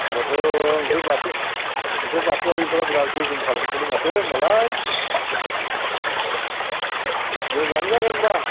होमबाथ' नोंसोर बाथौ नोंसोर बाथौआरिफोरा बिरात गोगोम खालामसै माथो होमबालाय अह मोजांआनो जागोन होनबा